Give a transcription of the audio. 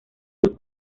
sus